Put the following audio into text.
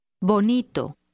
Bonito